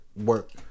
work